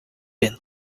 been